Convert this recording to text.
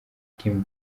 kim